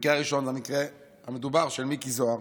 המקרה הראשון, והמקרה המדובר הוא של מיקי זוהר.